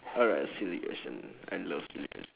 alright silly question I love silly question